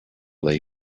they